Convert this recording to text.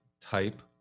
type